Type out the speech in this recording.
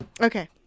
Okay